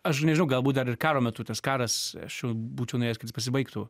aš nežinau galbūt dar ir karo metu tas karas aš jau būčiau norėjęs kad jis pasibaigtų